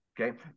okay